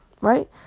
right